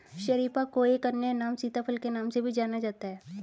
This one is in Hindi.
शरीफा को एक अन्य नाम सीताफल के नाम से भी जाना जाता है